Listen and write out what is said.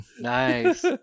Nice